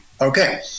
okay